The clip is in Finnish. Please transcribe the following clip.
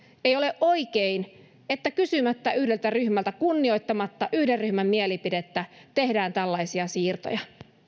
ei ole oikein että kysymättä yhdeltä ryhmältä kunnioittamatta yhden ryhmän mielipidettä tehdään tällaisia siirtoja